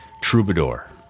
troubadour